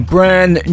brand